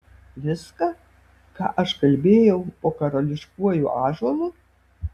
viską ką aš kalbėjau po karališkuoju ąžuolu